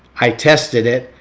i tested it,